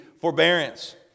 forbearance